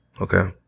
Okay